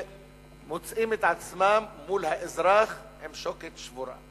והן מוצאות את עצמן מול האזרח עם שוקת שבורה.